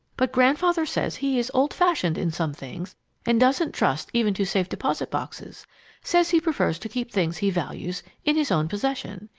but grandfather says he is old-fashioned in some things and doesn't trust even to safe-deposit boxes says he prefers to keep things he values in his own possession.